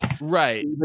Right